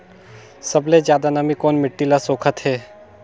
सबले ज्यादा नमी कोन मिट्टी ल सोखत हे?